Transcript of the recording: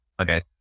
Okay